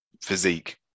physique